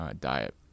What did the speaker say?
diet